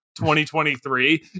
2023